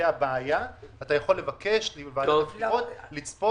בלי הקורונה.